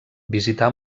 visità